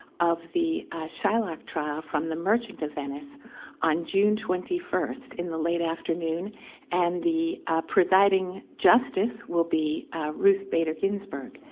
of the shylock trial from the merchant of venice on june twenty first in the late afternoon and the presiding justice will be ruth bader ginsburg.